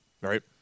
right